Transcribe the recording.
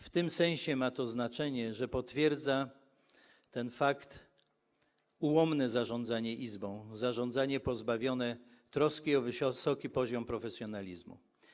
W tym sensie ma to znaczenie, że potwierdza się fakt ułomnego zarządzania izbą, zarządzania pozbawionego troski o wysoki poziom profesjonalizmu.